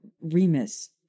Remus